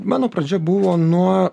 mano pradžia buvo nuo